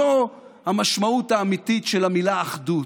זו המשמעות האמיתית של המילה אחדות,